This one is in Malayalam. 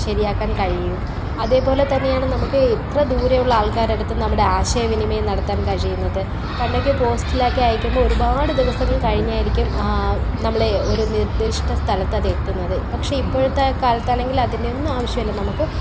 ശരിയാക്കാൻ കഴിയും അതേപോലെ തന്നെയാണ് നമുക്ക് എത്ര ദൂരെയുള്ള ആൾക്കാരുടെയടുത്ത് നമ്മുടെ ആശയവിനിമയം നടത്താൻ കഴിയുന്നത് പണ്ടൊക്കെ പോസ്റ്റിലാക്കി അയക്കുമ്പോൾ ഒരുപാട് ദിവസങ്ങൾ കഴിഞ്ഞായിരിക്കും നമ്മളെ ഒരു നിർദിഷ്ട സ്ഥലത്ത് അത് എത്തുന്നത് പക്ഷേ ഇപ്പോഴത്തെ കാലത്ത് ആണെങ്കിൽ അതിൻ്റെ ഒന്നും ആവശ്യമില്ല നമുക്ക്